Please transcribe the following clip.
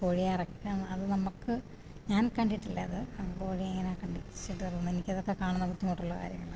കോഴിയെ അറക്കുക അത് നമുക്ക് ഞാൻ കണ്ടിട്ടില്ല അത് കോഴിയെ ഇങ്ങനെ കണ്ടിച്ചിട്ട് എനിക്ക് അതൊക്കെ കാണുന്നത് ബുദ്ധിമുട്ടുള്ള കാര്യങ്ങളാണ്